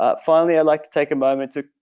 ah finally i'd like to take a moment to